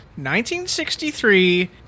1963